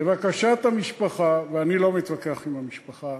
לבקשת המשפחה, ואני לא מתווכח עם המשפחה,